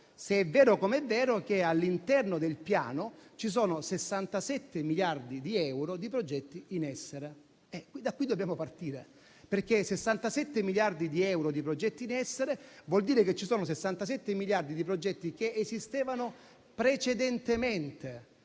se è vero - com'è vero - che all'interno del Piano ci sono 67 miliardi di euro di progetti in essere. Da qui dobbiamo partire, perché 67 miliardi di euro di progetti in essere vuol dire che ci sono 67 miliardi di progetti che esistevano già prima